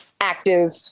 active